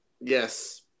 Yes